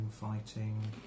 fighting